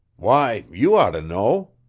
why, you ought to know,